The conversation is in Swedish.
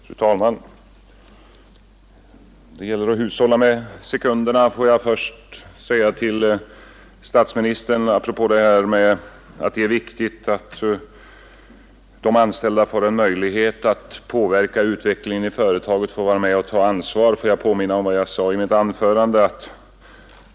Fru talman! Det gäller att hushålla med sekunderna. Apropå detta att det är viktigt att de anställda får en möjlighet att påverka utvecklingen i företaget, får vara med och ta ansvar, vill jag påminna statsministern om vad jag sade i mitt första anförande.